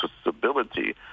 stability